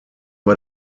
war